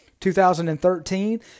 2013